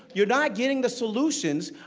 you're not getting the solutions.